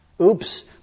Oops